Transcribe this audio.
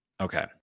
Okay